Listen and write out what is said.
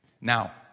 Now